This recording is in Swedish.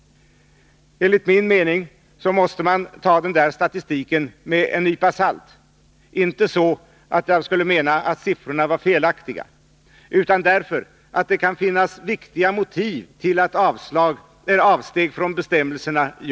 Enligt min mening måste man ta den statistiken med en nypa salt — inte för att jag menar att siffrorna är felaktiga utan därför att det kan finnas många skäl till avsteg från bestämmelserna.